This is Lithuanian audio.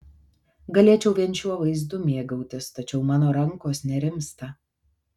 galėčiau vien šiuo vaizdu mėgautis tačiau mano rankos nerimsta